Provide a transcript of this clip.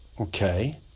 Okay